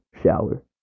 shower